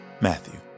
Matthew